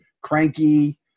cranky